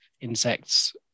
insects